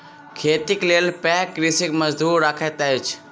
खेतीक लेल पैघ कृषक मजदूर रखैत अछि